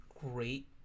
great